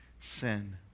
sin